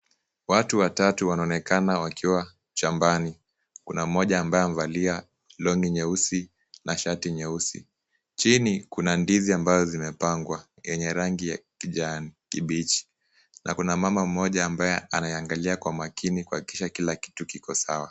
Watu watatu wanaonekana wakiwa shambani. Kuna mmoja ambaye amevalia long'i nyeusi na shati nyeusi. Chini kuna ndizi ambazo zimepangwa yenye rangi ya kijani kibichi na kuna mama mmoja ambaye anainagalia kwa makini kuhakikisha kuwa kila kitu kiko sawa.